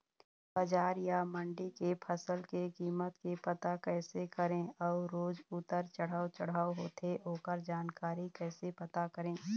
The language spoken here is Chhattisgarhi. बजार या मंडी के फसल के कीमत के पता कैसे करें अऊ रोज उतर चढ़व चढ़व होथे ओकर जानकारी कैसे पता करें?